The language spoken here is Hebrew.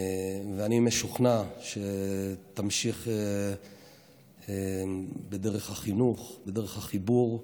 ואני משוכנע שתמשיך בדרך החינוך, בדרך החיבור,